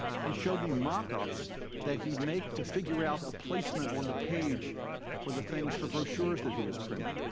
he showed me mock-ups that he'd make to figure out the placement on the page for the things for brochures that he was printing.